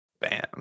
bam